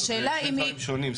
זה דברים שונים,